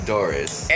Doris